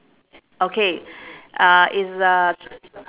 okay uh is uh